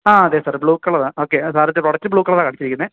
ആ അതെ sir blue കളറാണ് ഓക്കെ സാറിത് ബ്ലൂ കളറാണ് അടിച്ചിരിക്കുന്നത്